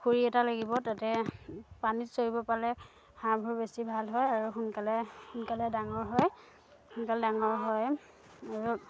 পুখুৰী এটা লাগিব তাতে পানীত চৰিব পালে হাঁহবোৰ বেছি ভাল হয় আৰু সোনকালে সোনকালে ডাঙৰ হয় সোনকালে ডাঙৰ হয় আৰু